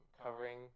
covering